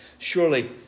Surely